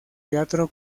teatro